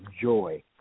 joy